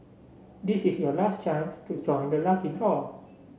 this is your last chance to join the lucky draw